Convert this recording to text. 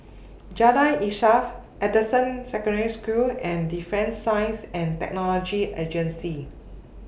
Jalan Insaf Anderson Secondary School and Defence Science and Technology Agency